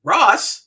Ross